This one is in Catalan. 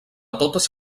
totes